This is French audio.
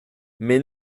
mais